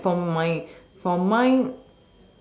like from my from my